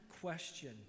question